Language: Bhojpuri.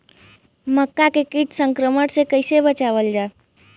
मक्का के कीट संक्रमण से कइसे बचावल जा?